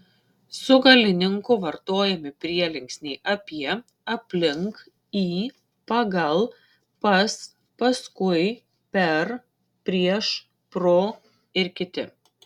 su galininku vartojami prielinksniai apie aplink į pagal pas paskui per prieš pro ir kiti